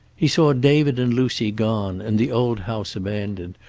he saw david and lucy gone, and the old house abandoned,